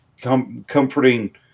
comforting